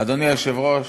אדוני היושב-ראש,